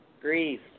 Grief